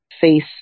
face